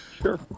Sure